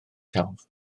celf